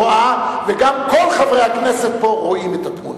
וגם כל חברי הכנסת פה רואים את התמונה.